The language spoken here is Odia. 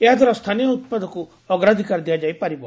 ଏହାଦ୍ୱାରା ସ୍ଥାନୀୟ ଉପାଦକ ଅଗ୍ରାଧକାର ଦିଆଯାଇପାରିବ